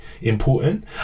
important